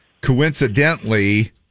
coincidentally